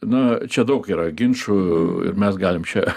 na čia daug yra ginčų ir mes galim čia